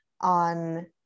on